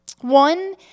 One